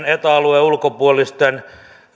eta alueen ulkopuolisten yliopistojen